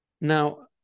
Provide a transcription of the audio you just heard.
Now